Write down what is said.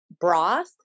broth